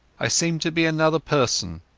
i seemed to be another person,